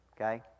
okay